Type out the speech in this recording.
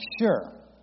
sure